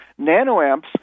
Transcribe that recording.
nanoamps